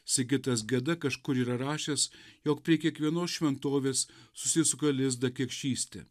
sigitas geda kažkur yra rašęs jog prie kiekvienos šventovės susisuka lizdą kekšystė